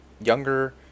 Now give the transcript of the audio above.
younger